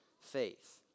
faith